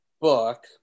book